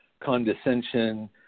condescension